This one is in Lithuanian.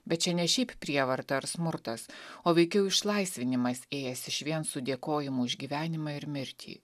bet čia ne šiaip prievarta ar smurtas o veikiau išlaisvinimas ėjęs išvien su dėkojimu už gyvenimą ir mirtį